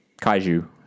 kaiju